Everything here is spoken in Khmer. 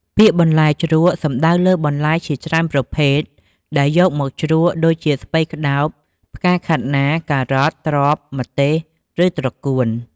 ពាក្យ "បន្លែជ្រក់" សំដៅលើបន្លែជាច្រើនប្រភេទដែលយកមកជ្រក់ ដូចជា ស្ពៃក្ដោប ផ្កាខាត់ណា ការ៉ុត ត្រប់ ម្ទេស ឬត្រកួន។